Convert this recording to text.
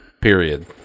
Period